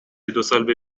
دوسال